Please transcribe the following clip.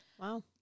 Wow